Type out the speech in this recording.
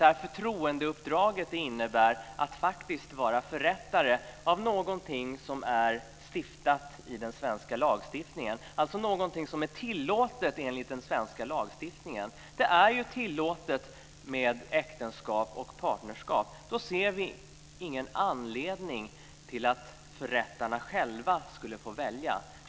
Detta förtroendeuppdrag innebär att man faktiskt är förrättare av något som är stiftat i svensk lag - alltså något som enligt svensk lagstiftning är tillåtet. Det är ju tillåtet med äktenskap och partnerskap. Därför ser vi ingen anledning till att förrättarna själva ska få välja.